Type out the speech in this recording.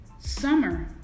summer